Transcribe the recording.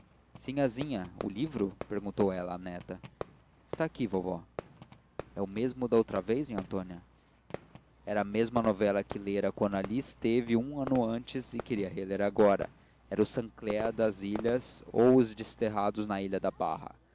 sinhazinha o livro perguntou ela à neta está aqui vovó e o mesmo da outra vez nhãtania era a mesma novela que lera quando ali esteve um ano antes e queria reler agora era o saint clair das lhas ou os desterrados na ilha da barra